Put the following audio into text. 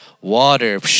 Water